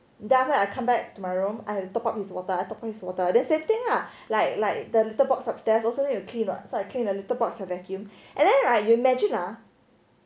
then I after that come back to my room I have to top up his water I top up his water then the same thing ah like like the little box upstairs also need to clean so I clean the little box a vacuum and then right you imagine ah